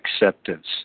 acceptance